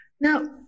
Now